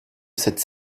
cette